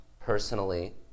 personally